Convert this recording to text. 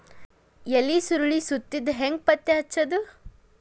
ಎಲಿ ಸುರಳಿ ಸುತ್ತಿದ್ ಹೆಂಗ್ ಪತ್ತೆ ಹಚ್ಚದ?